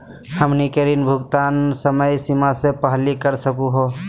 हमनी के ऋण भुगतान समय सीमा के पहलही कर सकू हो?